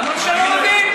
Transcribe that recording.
אמרתי שאני לא מבין.